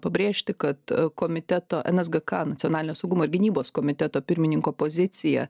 pabrėžti kad komiteto nsgk nacionalinio saugumo ir gynybos komiteto pirmininko pozicija